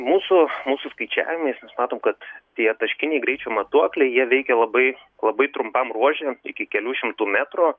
mūsų mūsų skaičiavimais mes matom kad tie taškiniai greičio matuokliai jie veikia labai labai trumpam ruože iki kelių šimtų metrų